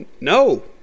No